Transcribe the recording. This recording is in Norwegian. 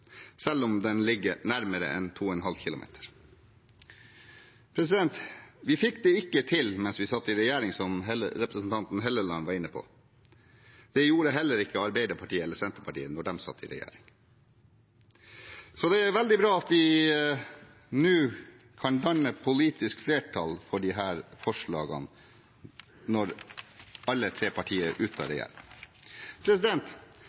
selv om hytta ligger nærmere enn 2,5 km. Vi fikk det ikke til da vi satt i regjering, som representanten Halleland var inne på. Det gjorde heller ikke Arbeiderpartiet eller Senterpartiet da de satt i regjering. Så det er veldig bra at vi nå kan danne politisk flertall for disse forslagene – når alle tre partier er ute av